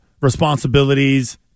responsibilities